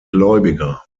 gläubiger